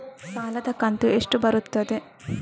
ಸಾಲದ ಕಂತು ಎಷ್ಟು ಬರುತ್ತದೆ?